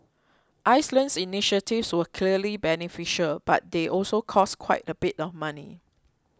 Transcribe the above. Iceland's initiatives were clearly beneficial but they also cost quite a bit of money